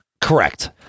Correct